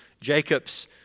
Jacob's